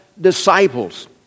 disciples